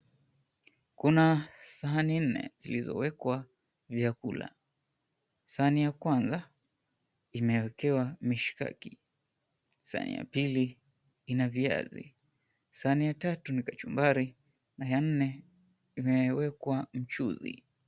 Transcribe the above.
Kuna sahani nne zilizowekwa vyakula. Sahani ya kwanza imewekewa mishikaki, sahani ya pili ina viazi, sahani ya tatu ni kachumbari na ya nne imewekwa mchuzi.